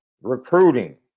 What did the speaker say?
Recruiting